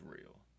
real